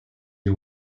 you